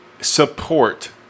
support